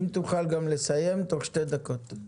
אם תוכל גם לסיים תוך שתי דקות.